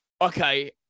okay